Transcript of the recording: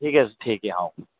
ठीक है ठीक है आओ फिर